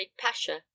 Pasha